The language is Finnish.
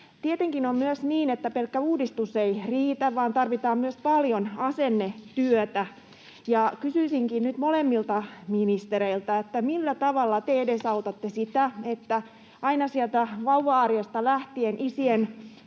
Tietenkin on myös niin, että pelkkä uudistus ei riitä, vaan tarvitaan myös paljon asennetyötä. Kysyisinkin nyt molemmilta ministereiltä, millä tavalla te edesautatte sitä, että aina sieltä vauva-arjesta lähtien isien